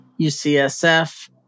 UCSF